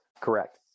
Correct